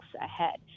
ahead